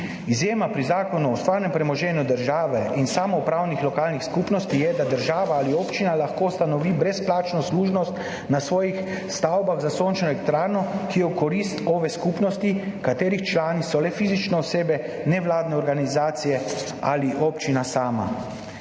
Izjema pri Zakonu o stvarnem premoženju države in samoupravnih lokalnih skupnosti je, da država ali občina lahko ustanovi brezplačno služnost na svojih stavbah za sončno elektrarno, ki je v korist skupnosti OVE, katere člani so le fizične osebe, nevladne organizacijeali občina sama.